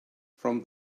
from